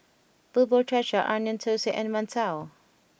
Bubur Cha Cha Onion Thosai and Mantou